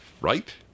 right